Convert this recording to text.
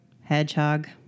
hedgehog